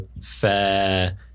fair